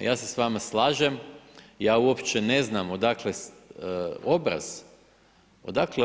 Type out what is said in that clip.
Ja se s vama slažem, ja uopće ne znam odakle